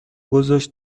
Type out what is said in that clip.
گذاشت